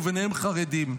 וביניהן חרדים.